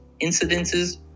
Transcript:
incidences